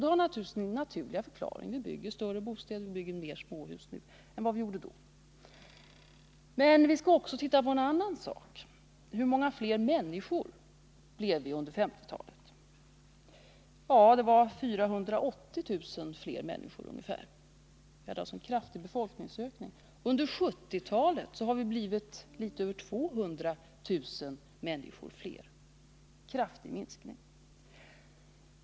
Det har sin naturliga förklaring. Vi bygger större bostäder och fler småhus nu än vad vi gjorde då. Men vi skall också titta på hur många fler människor vi blev under 1950-talet — ungefär 480 000. Vi hade alltså en kraftig befolkningsökning. Under 1970-talet har vi blivit litet över 200 000 människor fler. Det är alltså en kraftig minskning.